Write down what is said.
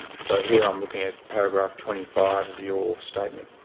so here i'm looking at paragraph twenty five of your statement.